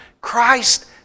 Christ